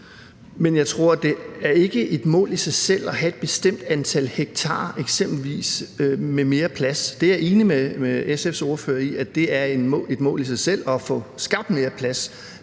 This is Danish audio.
Men jeg tror ikke, det er et mål i sig selv at have eksempelvis et bestemt antal hektarer med mere plads. Jeg er enig med SF's ordfører i, at det er et mål i sig selv at få skabt mere plads,